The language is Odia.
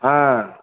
ହଁ